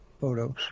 photos